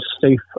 safe